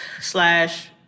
slash